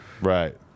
Right